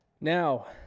Now